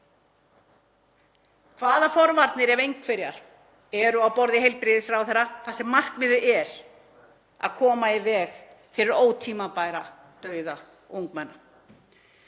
Hvaða forvarnir, ef einhverjar, eru á borði heilbrigðisráðherra þar sem markmiðið er að koma í veg fyrir ótímabæran dauða ungmenna?